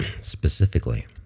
specifically